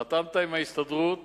חתמת עם ההסתדרות